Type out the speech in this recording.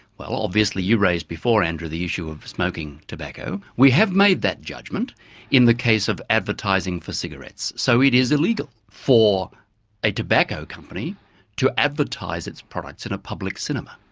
well obviously you raised before, andrew, the issue of smoking tobacco. we have made that judgement in the case of advertising for cigarettes. so it is illegal for a tobacco company to advertise its products in a public cinema.